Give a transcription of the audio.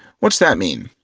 what's that mean?